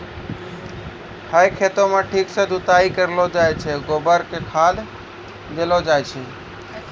है खेतों म ठीक सॅ जुताई करलो जाय छै, गोबर कॅ खाद देलो जाय छै